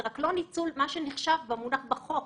רק זה לא ניצול שמוגדר בחוק